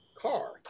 Car